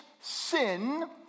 sin